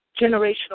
generational